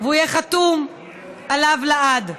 והוא יהיה חתום עליו לעד.